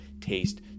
taste